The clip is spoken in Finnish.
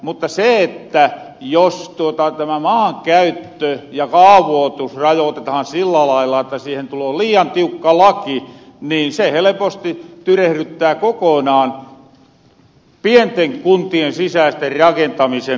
mutta jos tämä maankäyttö ja kaavootus rajootetahan sillä lailla että niihin tuloo liian tiukka laki niin se heleposti tyrehryttää kokonaan pienten kuntien sisääsen rakentamisen